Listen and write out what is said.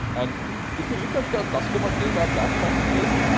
and if we look at the customer data platform space,